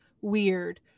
weird